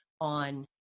on